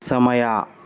ಸಮಯ